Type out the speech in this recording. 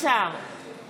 אריה מכלוף דרעי,